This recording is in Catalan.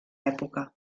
època